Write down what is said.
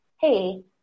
Hey